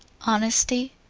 honesty.